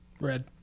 Red